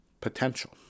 potential